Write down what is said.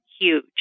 huge